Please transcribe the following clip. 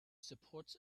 supports